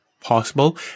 Possible